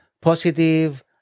positive